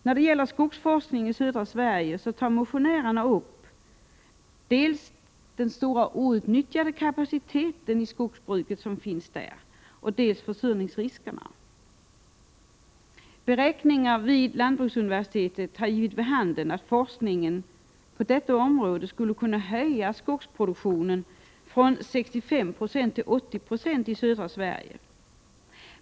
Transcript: När det gäller skogsforskningen i södra Sverige tar motionärerna upp dels den stora outnyttjade kapaciteten i skogsbruket, dels försurningsriskerna. Beräkningar vid lantbruksuniversitetet har gett vid handen att forskningen på detta område skulle kunna höja skogsproduktionen i södra Sverige från 65 90 till 80 26.